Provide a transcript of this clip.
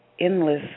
endless